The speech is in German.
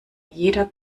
jeder